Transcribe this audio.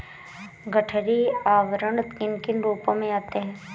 गठरी आवरण किन किन रूपों में आते हैं?